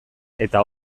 eta